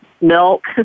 milk